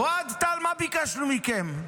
אוהד טל, מה ביקשנו מכם?